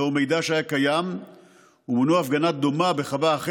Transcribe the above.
לאור מידע שהיה קיים,